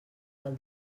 del